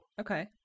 Okay